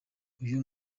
uyu